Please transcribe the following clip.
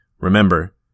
Remember